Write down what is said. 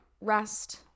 rest